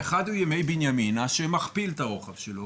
אחד הוא ימי בנימינה שמכפיל את הרוחב שלו